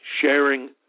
sharing